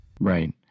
Right